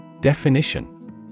Definition